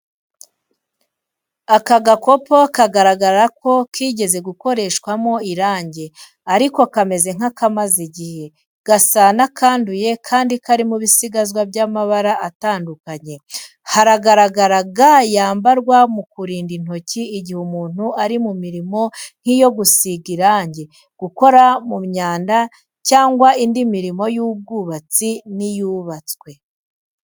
Aka gakopo kagaragara ko kigeze gukoreshwamo irangi ariko kameze nk'akamaze igihe, gasa n’akanduye kandi karimo ibisigazwa by’amabara atandukanye. Haragaragara ga yambarwa mu kurinda intoki igihe umuntu ari mu mirimo nk’iyo gusiga irangi, gukora mu myanda, cyangwa indi mirimo y’ubwubatsi n’iyubatswe.